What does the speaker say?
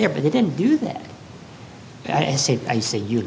there but he didn't do that i say i see you